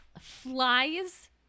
flies